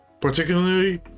particularly